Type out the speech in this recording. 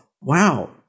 wow